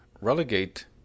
relegate